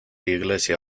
iglesia